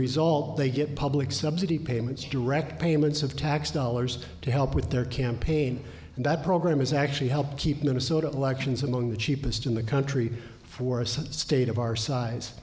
result they get public subsidy payments direct payments of tax dollars to help with their campaign and that program has actually helped keep minnesota elections among the cheapest in the country for us at state of our size